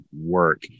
work